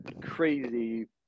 crazy